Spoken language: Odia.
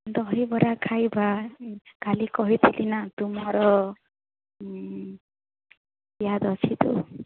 ଦହିବରା ଖାଇବା କାଲି କହିଥିଲି ନା ତୁମର ୟାଦ ଅଛି ତ